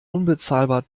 unbezahlbar